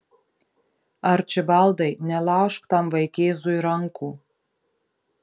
arčibaldai nelaužk tam vaikėzui rankų